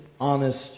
honest